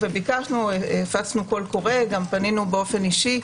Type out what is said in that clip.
ביקשנו, גם הפצנו קול קורא, גם פנינו אישית